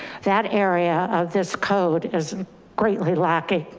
that area of this code is greatly lacking.